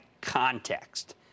context